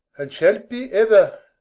and shalt be ever.